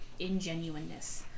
ingenuineness